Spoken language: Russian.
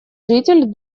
житель